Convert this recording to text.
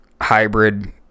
hybrid